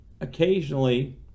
occasionally